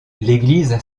l’église